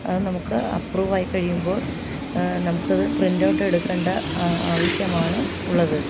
അത് നമുക്ക് അപ്പ്രൂവ് ആയി കഴിയുമ്പോൾ നമുക്കത് പ്രിൻറ് ഔട്ട് എടുക്കേണ്ട ആവശ്യമാണ് ഉള്ളത്